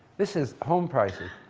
this is home prices.